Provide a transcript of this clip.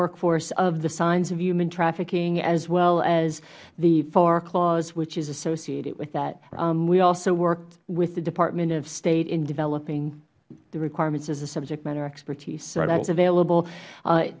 workforce of the signs of human trafficking as well as the far clause which is associated with that we also worked with the department of state in developing the requirements as a subject matter expertise so that is available